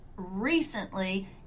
recently